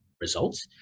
results